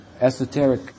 esoteric